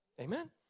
Amen